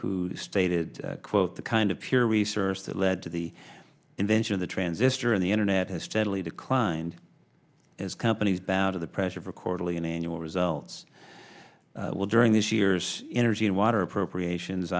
who stated quote the kind of pure research that led to the invention of the transistor on the internet has steadily declined as companies bow to the pressure for quarterly and annual results will during this year's energy and water appropriations